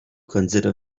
consider